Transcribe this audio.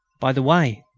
by the way.